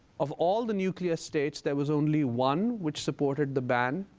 of all the nuclear states there was only one which supported the ban.